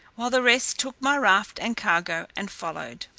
while the rest took my raft and cargo and followed.